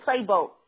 playboat